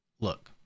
Look